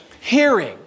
Hearing